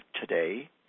today